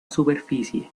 superficie